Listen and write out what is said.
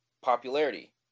popularity